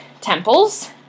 temples